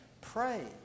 pray